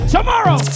Tomorrow